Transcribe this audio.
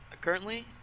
currently